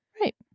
right